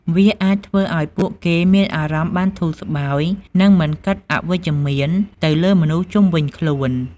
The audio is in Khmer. វាអាចធ្វើអោយពួកគេមានអារម្មណ៍បានធូរស្បើយ និងមិនគិតអវិជ្ជមានទៅលើមនុស្សនៅជុំវិញខ្លួន។